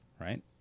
right